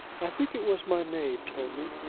i think it was my maid told me.